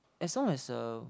as long as uh